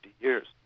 years